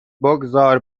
بگذار